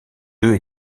deux